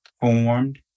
formed